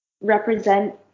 represent